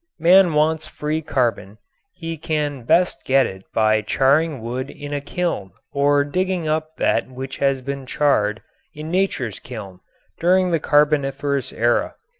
man wants free carbon he can best get it by charring wood in a kiln or digging up that which has been charred in nature's kiln during the carboniferous era.